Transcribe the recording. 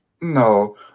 No